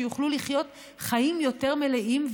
שיוכלו לחיות חיים יותר מלאים.